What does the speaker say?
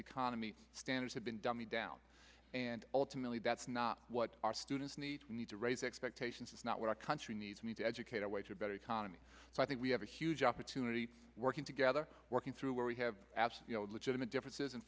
economy standards have been dummied down and ultimately that's not what our students need need to raise expectations is not what our country needs me to educate our way to a better economy so i think we have a huge opportunity working together working through where we have abs legitimate differences and